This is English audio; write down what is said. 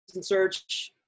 Search